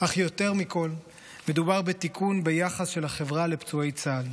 אך יותר מכול מדובר בתיקון ביחס של החברה לפצועי צה"ל,